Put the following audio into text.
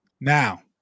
Now